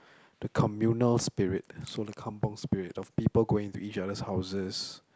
the communal spirit so the kampung Spirit of people going to each other houses